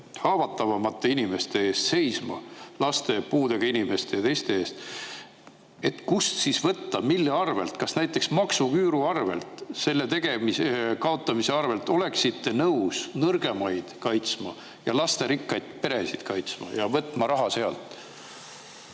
haavatavamate inimeste eest seisma, laste, puudega inimeste ja teiste eest. Kust siis võtta, mille arvelt? Kas näiteks maksuküüru kaotamise arvelt oleksite nõus nõrgemaid kaitsma ja lasterikkaid peresid kaitsma ja võtma raha sealt?